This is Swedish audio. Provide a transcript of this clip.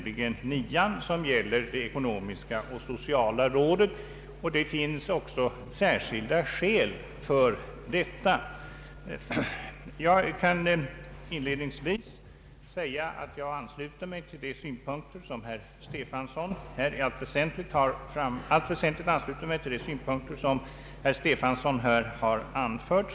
Det är främst under punkten 9 — frågan om en utredning rörande ett ekonomisk-socialt råd — som detta inte har gått och det av särskilda skäl. Inledningsvis vill jag i allt väsentligt ansluta mig till de synpunkter som herr Stefanson här har anfört.